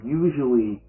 usually